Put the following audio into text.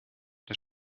der